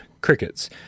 crickets